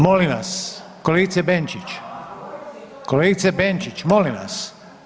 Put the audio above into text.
Molim vas, kolegice Benčić, kolegice Benčić molim vas.